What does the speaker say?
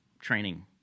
training